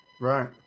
right